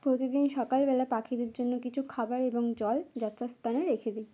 প্রতিদিন সকালবেলা পাখিদের জন্য কিছু খাবার এবং জল যথাস্থানে রেখে দিই